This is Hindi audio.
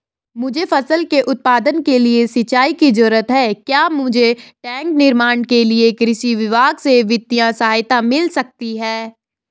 मुझे फसल के उत्पादन के लिए सिंचाई की जरूरत है क्या मुझे टैंक निर्माण के लिए कृषि विभाग से वित्तीय सहायता मिल सकती है?